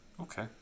Okay